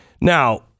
Now